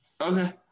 Okay